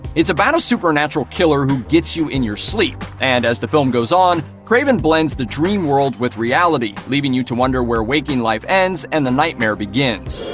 it's about a supernatural serial killer who gets you in your sleep, and as the film goes on, craven blends the dream world with reality, leaving you to wonder where waking life ends and the nightmare begins.